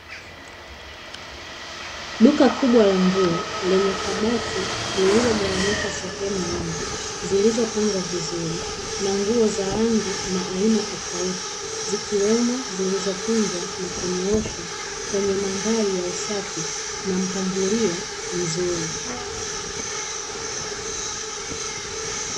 Duka kubwa la nguo lenye kabati lililo gawanyika sehemu nyingi, zilizopangwa vizuri na nguo za rangi na aina tofauti, zikiwemo zilizo kunjwa na kunyooshwa kwenye mandhari ya usafi na mpangilio mzuri.